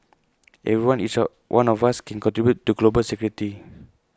everyone each A one of us can contribute to global security